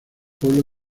pueblo